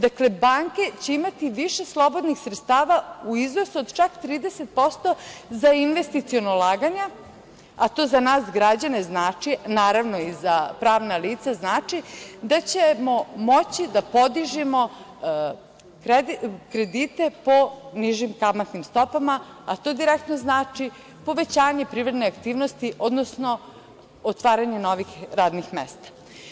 Dakle, će ima ti više slobodnih sredstava u iznosu od čak 30% za investiciona ulaganja, a to za nas građane znači, naravno i za pravna lica, znači da ćemo moći da podižemo kredite po nižim kamatnim stopama, a to direktno znači povećanje privredne aktivnosti, odnosno otvaranje novih radnih mesta.